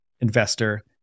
Investor